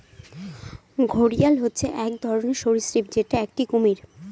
ঘড়িয়াল হচ্ছে এক ধরনের সরীসৃপ যেটা একটি কুমির